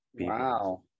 wow